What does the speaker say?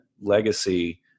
legacy